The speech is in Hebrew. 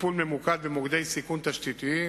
וטיפול ממוקד במוקדי סיכון תשתיתיים.